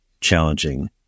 challenging